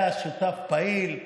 היה שותף פעיל.